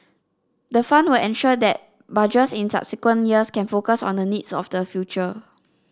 the fund will ensure that Budgets in subsequent years can focus on the needs of the future